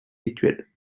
rituels